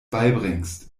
beibringst